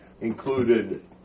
included